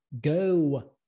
go